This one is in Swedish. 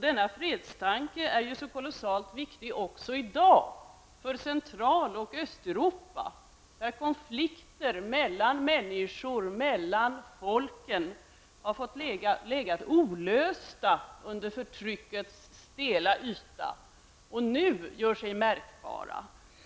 Denna fredstanke är även i dag så kolossalt viktig för Central och Östeuropa, där konflikter mellan människor och folk har fått ligga olösta under förtryckets stela yta och nu gör sig märkbara.